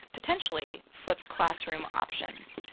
potentially, flipped classroom options.